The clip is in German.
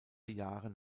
jahren